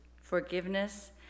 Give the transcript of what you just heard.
forgiveness